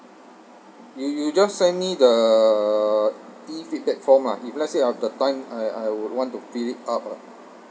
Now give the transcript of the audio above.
you you just send me the E feedback form ah if let's say I've the time I I would want to fill it up lah